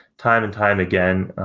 time and time again,